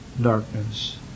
darkness